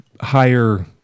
higher